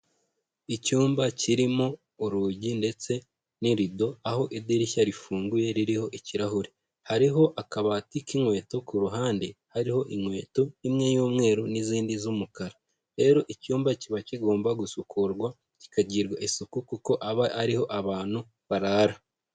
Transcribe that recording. Icyumba kirimo urugi ndetse n'irido, aho idirishya rifunguye ririho ikirahure, hariho akabati k'inkweto, ku ruhande hariho inkweto imwe y'umweru n'izindi z'umukara, rero icyumba kiba kigomba gusukurwa kikagirirwa isuku kuko aba ari ho abantu barara.